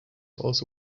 also